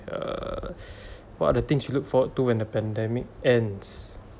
err what are the things you look forward to when the pandemic ends